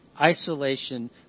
Isolation